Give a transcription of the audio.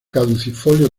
caducifolio